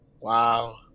wow